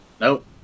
Nope